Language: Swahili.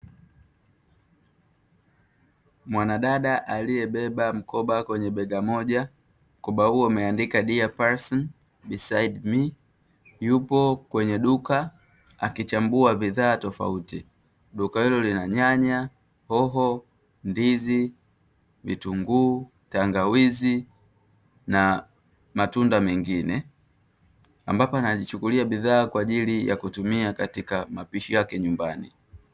Mwanadada aliyebeba mkoba kwenye bega moja, mkoba huo umeandika "dia pason bisaidi mi" Yupo kwenye duka akichambua bidhaa tofauti. Duka hilo lina nyanya, hoho, ndizi, vitunguu, tangawizi na matunda mengine. Ambapo anajichukulia bidhaa kwa ajili ya kutumia katika mapishi yake nyumbani.